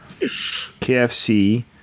KFC